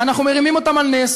ואנחנו מרימים אותם על נס,